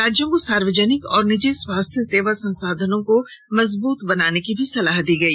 राज्यों को सार्वजनिक और निजी स्वास्थ्य सेवा संसाधनों को मजबूत बनाने की भी सलाह दी गई